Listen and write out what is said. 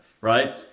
Right